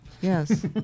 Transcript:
Yes